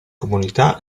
comunità